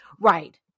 Right